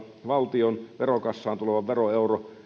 valtion verokassaan tuleva veroeuro